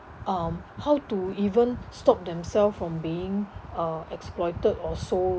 um how to even stop themselves from being uh exploited or sold